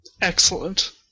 Excellent